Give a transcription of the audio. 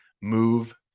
move